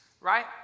right